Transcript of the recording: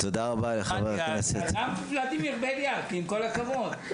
עם כל הכבוד,